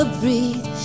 breathe